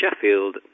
Sheffield